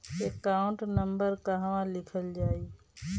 Account number कहवा लिखल जाइ?